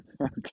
Okay